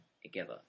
together